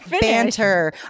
banter